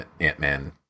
Ant-Man